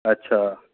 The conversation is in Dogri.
अच्छा